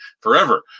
forever